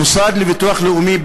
המוסד לביטוח לאומי,